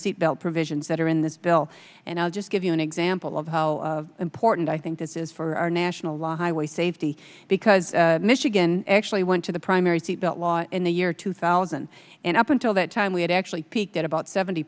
seatbelt provisions that are in this bill and i'll just give you an example of how important i think this is for our national law highway safety because michigan actually went to the primary seat belt law in the year two thousand and up until that time we had actually peaked at about seventy